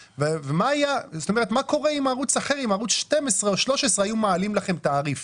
ומה קורה עם ערוץ אחר כמו 12 או 13 אם הם היו מעלים להם תעריף?